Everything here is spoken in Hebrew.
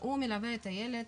והוא מלווה את הילד